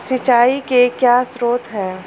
सिंचाई के क्या स्रोत हैं?